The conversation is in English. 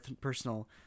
personal